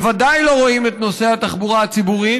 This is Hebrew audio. הם בוודאי לא רואים את נושא התחבורה הציבורית,